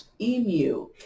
Emu